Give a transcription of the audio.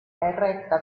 retta